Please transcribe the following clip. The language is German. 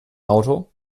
auto